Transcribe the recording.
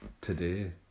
today